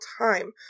time